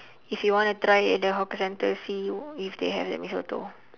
if you wanna try at the hawker centre see if they have the mee soto